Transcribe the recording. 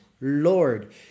Lord